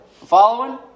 following